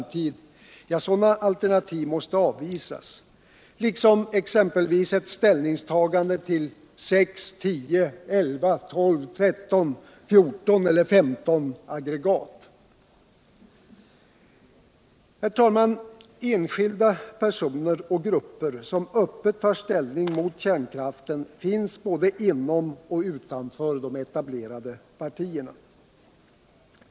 Enskilda personer och grupper som öppet tar ställning mot kärnkraften finns både inom och utanför de etablerade partierna.